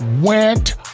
went